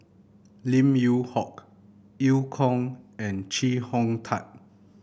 Lim Yew Hock Eu Kong and Chee Hong Tat